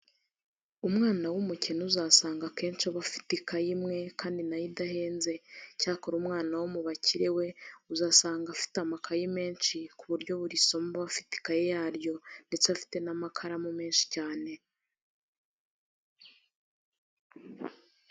Umwana w'umukene uzasanga akenshi aba afite ikaye imwe kandi na yo idahenze. Icyakora umwana wo mu bakire we uzasanga afite amakayi menshi ku buryo buri somo aba afite ikaye yaryo ndetse afite n'amakaranu menshi cyane.